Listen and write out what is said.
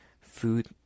food